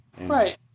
Right